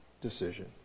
decision